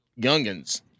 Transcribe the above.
youngins